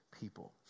people